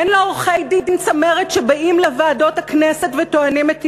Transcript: אין לו עורכי-דין צמרת שבאים לוועדות הכנסת וטוענים את טיעוניו,